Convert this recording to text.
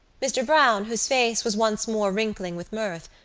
mr. browne, whose face was once more wrinkling with mirth,